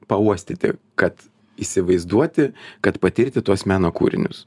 pauostyti kad įsivaizduoti kad patirti tuos meno kūrinius